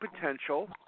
potential